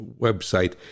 website